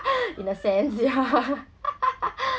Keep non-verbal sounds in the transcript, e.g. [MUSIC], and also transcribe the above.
[LAUGHS] in a sense ya [LAUGHS]